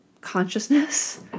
consciousness